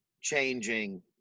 changing